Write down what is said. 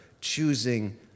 Choosing